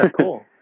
Cool